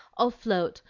i'll float.